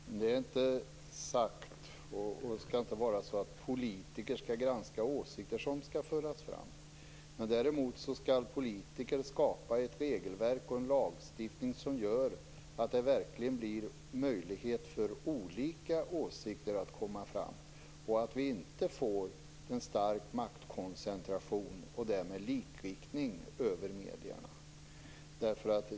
Herr talman! Det är inte sagt, och skall inte vara så, att politiker skall granska åsikter som skall föras fram. Men däremot skall politiker skapa ett regelverk och en lagstiftning som gör att det verkligen blir möjligt att olika åsikter kommer fram, så att vi inte får en stark maktkoncentration och därmed likriktning av medierna.